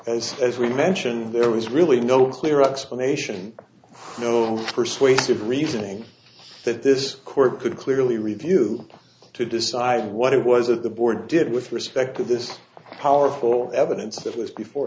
as as we mentioned there was really no clear explanation no persuasive reasoning that this court could clearly review to decide what it was that the board did with respect to this powerful evidence that was before